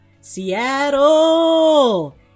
Seattle